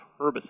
herbicide